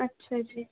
ਅੱਛਾ ਜੀ